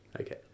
Okay